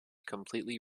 completely